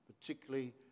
particularly